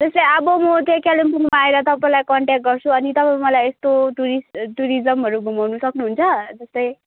जस्तै अब म त्यो कालिम्पोङमा आएर तपाईँलाई कन्ट्याक्ट गर्छु अनि तपाईँ मलाई यस्तो टुरिस्ट टुरिजमहरू घुमाउन सक्नुहुन्छ जस्तै